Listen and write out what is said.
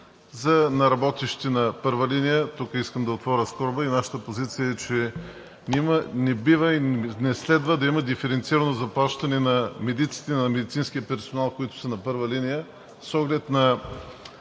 НЗОК за работещи на първа линия. Тук искам да отворя скоба – нашата позиция е, че не бива и не следва да има диференцирано заплащане на медиците, на медицинския персонал, които са на първа линия,